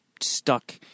stuck